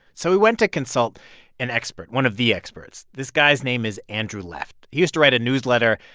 so we went to consult an expert one of the experts. this guy's name is andrew left. he used to write a newsletter.